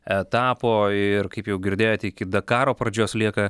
etapo ir kaip jau girdėjote iki dakaro pradžios lieka